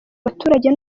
baturage